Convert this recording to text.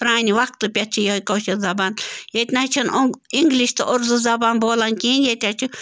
پرانہِ وَقتہٕ پٮ۪ٹھ چھِ یِہَے کٲشِر زبان ییٚتہِ نہَ حظ چھِنہٕ اوٚ اِنٛگلِش تہٕ اُردو زبان بولان کیٚنٛہہ ییٚتہِ حظ چھِ